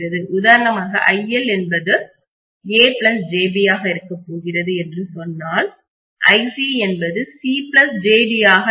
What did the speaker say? உதாரணமாக iL என்பது ajb ஆக இருக்கப் போகிறது என்று சொன்னால் iC என்பது c jd ஆக இருக்கும்